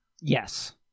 Yes